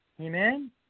Amen